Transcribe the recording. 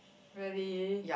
really